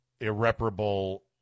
irreparable